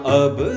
ab